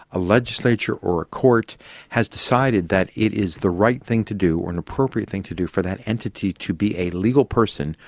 a legislature or a court has decided that it is the right thing to do or an appropriate thing to do for that entity to be a legal person,